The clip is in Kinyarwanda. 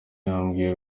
yambwiye